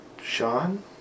Sean